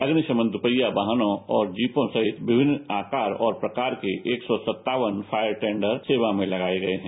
अनिसमन दुपहिया वाहनों और जीपों सहित विभिन्न आकार और प्रकार के एक सौ सत्तावन फायर टेंडर सेवा में लगाए गये हैं